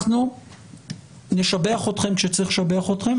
אנחנו נשבח אתכם כשצריך לשבח אתכם,